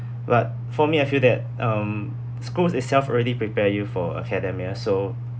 but for me I feel that um school itself already prepare you for academia so